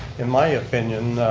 in my opinion,